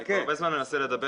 אני כבר ה רבה זמן מנסה לדבר.